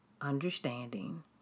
understanding